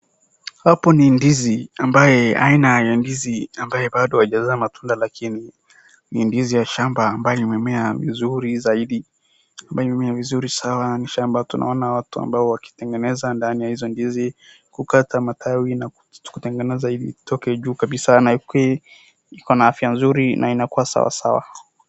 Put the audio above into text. Hapo ni ndizi ambayo haina ndizi ambayo bado haijazaa matunda lakini ni ndizi ya shamba ambayo imemea vizuri zaidi, ambayo imemea vizuri sawa na hii shamba tunaona watu ambao wakitengeneza ndani ya hizo ndizi, kukata matawi na kutengeneza itoke juu kabisaa na ikuwe iko na afya nzuri na inakuwa sawasawa.